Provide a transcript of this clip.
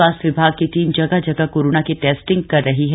स्वास्थ्य विभाग की टीम जगह जगह कोरोना की टेस्टिंग कर रही है